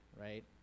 right